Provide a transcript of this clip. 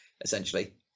essentially